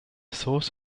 source